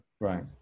Right